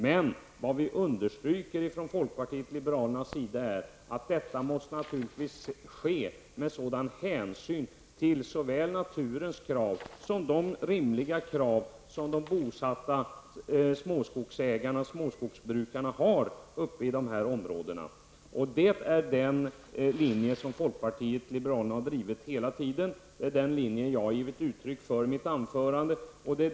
Men vi i folkpartiet liberalerna understryker att avverkningen naturligtvis måste ske med hänsyn till såväl naturens krav som de rimliga krav som de bosatta småskogsägarna och småskogsbrukarna i detta område har. Detta är den linje som vi i folkpartiet liberalerna har drivit hela tiden och som jag har givit uttryck för i mitt anförade.